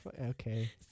Okay